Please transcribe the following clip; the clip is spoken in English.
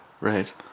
right